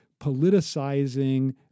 politicizing